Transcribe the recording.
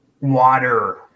water